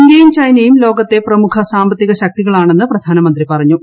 ഇന്ത്യയും ചൈനയും ലോകത്തെ പ്രമുഖ സാമ്പത്തിക ശക്തികളാണെന്ന് പ്രധാനമന്ത്രി പറഞ്ഞു